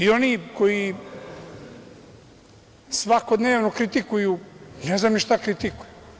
Oni koji svakodnevno kritikuju, ne znam ni šta kritikuju?